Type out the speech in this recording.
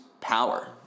power